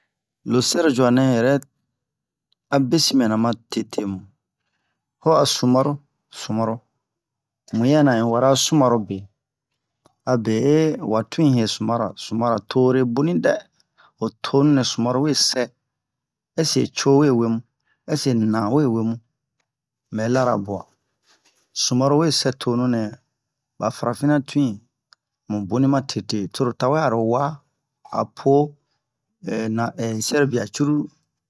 lo sɛro dju'a nɛ yɛrɛ abe sin mɛna ma tete ho a sumaro muyɛna un wara sumaro be abe he wa twin ye soumara tore boni dɛ o tonunɛ soumaro we sɛ ɛseke co we womu ɛseke na we womu unbɛ lara bwa soumaro we sɛ tonu nɛ han farafinan twin mu boni ma tete to ro tawe aro wa a po hɛ na sɛrobia cruru